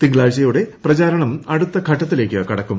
തിങ്കളാഴ്ചയോടെ പ്രചാരണം അടുത്ത ഘട്ടത്തിലേക്ക് കടക്കും